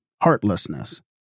heartlessness